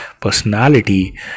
personality